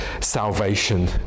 salvation